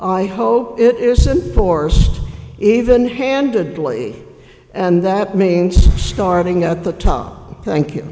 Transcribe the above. i hope it isn't forced even handedly and that means starting at the top thank you